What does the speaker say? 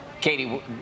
Katie